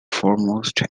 foremost